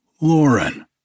Lauren